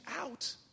out